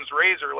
razor